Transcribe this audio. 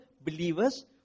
believers